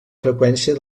freqüència